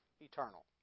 eternal